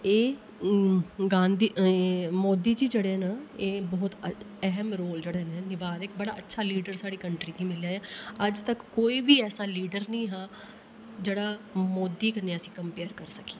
एह् हून मोदी जी जेह्डे़ न एह् बहुत अहम रोल जेह्डे़ निबाह् दे जेह्ड़ा अच्छा लीडर मिले अजतक कोई बी लीडर जेह्ड़ा मोदी कन्नै अस कम्पेयर करी सकचै